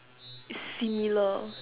is similar